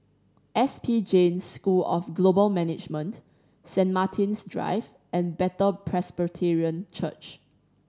S P Jain School of Global Management Saint Martin's Drive and Bethel Presbyterian Church